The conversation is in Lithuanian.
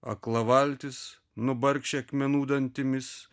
akla valtis nubarkši akmenų dantimis